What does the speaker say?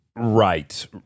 right